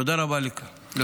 תודה רבה ליושב-ראש.